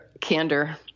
candor